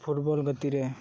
football ᱜᱟᱛᱮ ᱨᱮ